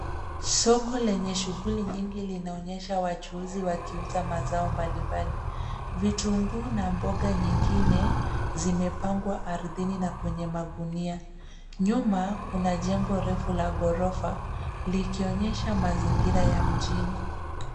Soko lenye shughuli nyingi linaonyesha wachuuzi wakiuza mazao mbali mbali. Vitunguu na mboga nyingine zimepangwa ardhini na kwenye magunia. Nyuma kuna jengo refu la ghorofa likionyesha mazingira ya mjini.